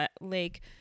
Lake